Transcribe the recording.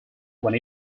when